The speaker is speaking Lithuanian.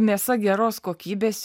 mėsa geros kokybės